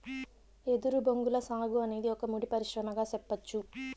ఎదురు బొంగుల సాగు అనేది ఒక ముడి పరిశ్రమగా సెప్పచ్చు